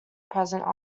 president